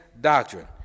doctrine